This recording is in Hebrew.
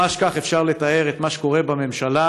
ממש כך אפשר לתאר את מה שקורה בממשלה